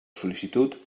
sol·licitud